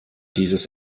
dieses